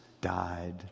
died